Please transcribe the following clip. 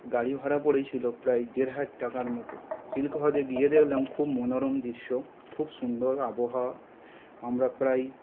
গাড়ি ভাড়া পড়েছিল প্রায় দেড় হাজার টাকার মতো চিল্কা হ্রদে গিয়ে দেখলাম খুব মনোরম দৃশ্য খুব সুন্দর আবহাওয়া আমরা প্রায়